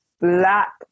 Black